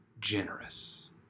generous